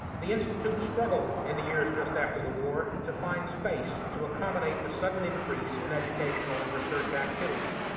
the institute struggled in the years just after the war to find space to accommodate the sudden increase in educational and research activities.